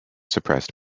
suppressed